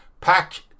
pack